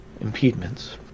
impediments